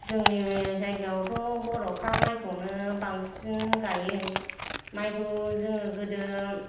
जोंनि जायगायावथ' बर'फ्रा माइखौनो बांसिन गायो माइखौ जोङो गोदो